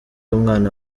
umwana